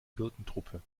gurkentruppe